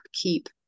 keep